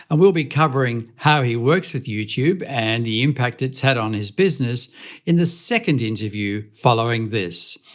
and we'll be covering how he works with youtube and the impact it's had on his business in the second interview following this.